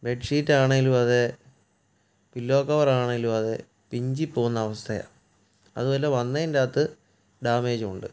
ബെഡ്ഷീറ്റാണേലും അതെ pillow cover ആണേലും അതെ പിഞ്ചി പോകുന്ന അവസ്ഥയാണ് അതുമല്ല വന്നെന്റത് ഡാമേജും ഉണ്ട്